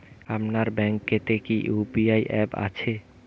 আপনার ব্যাঙ্ক এ তে কি ইউ.পি.আই অ্যাপ আছে?